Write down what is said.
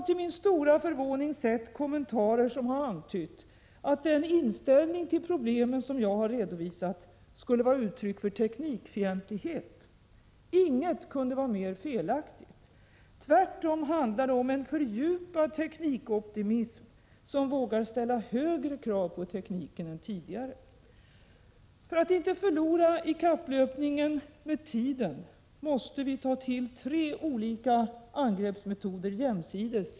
Till min stora förvåning har jag sett kommentarer som antytt att den inställning till problemen jag redovisat skulle vara uttryck för teknikfientlighet. Inget kunde vara mer felaktigt. Tvärtom handlar det om en fördjupad teknikoptimism, som vågar ställa högre krav på tekniken än tidigare. För att inte förlora i kapplöpningen med tiden och för att klara miljöfrågorna måste vi ta till tre olika angreppsmetoder jämsides.